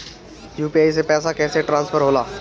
UPI से पैसा कैसे ट्रांसफर होला?